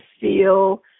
feel